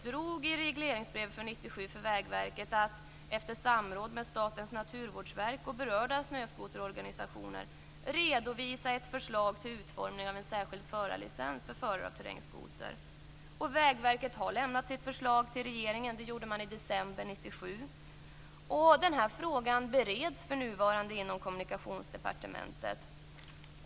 Vägverket att efter samråd med Statens naturvårdsverk och berörda snöskoterorganisationer redovisa ett förslag till utformning av en särskild förarlicens för förare av terrängskoter. Vägverket lämnade sitt förslag till regeringen i december 1997, och den här frågan bereds för närvarande inom Kommunikationsdepartementet.